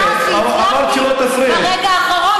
הציבור הערבי הפלסטיני בצורה של החמרת עונשים,